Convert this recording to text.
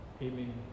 Amen